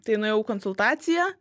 tai nuėjau į konsultaciją